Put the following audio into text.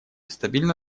стабильно